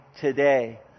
today